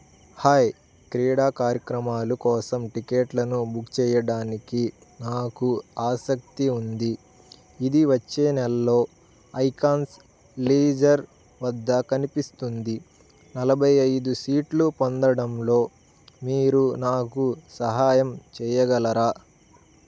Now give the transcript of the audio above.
hi క్రీడా కార్యక్రమాలు కోసం టిక్కెట్లను బుక్ చేయడానికి నాకు ఆసక్తి ఉంది ఇది వచ్చే నెలలో ఐకాన్స్ లేజర్ వద్ద కనిపిస్తుంది నలభై ఐదు సీట్లు పొందడంలో మీరు నాకు సహాయం చేయగలరా